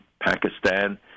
Pakistan